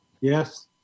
Yes